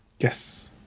Yes